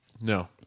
No